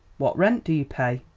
what rent do you pay?